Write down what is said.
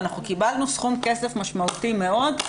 ואנחנו קיבלנו סכום כסף משמעותי מאוד,